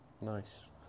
Nice